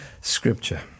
scripture